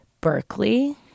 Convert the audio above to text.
Berkeley